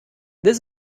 this